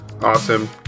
Awesome